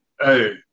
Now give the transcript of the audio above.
Hey